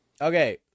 Okay